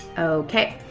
okay.